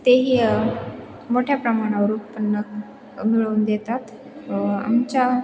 तेही मोठ्या प्रमाणावर उत्पन्न मिळवून देतात आमच्या